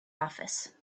office